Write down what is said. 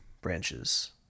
branches